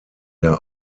der